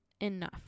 enough